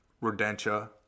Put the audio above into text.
rodentia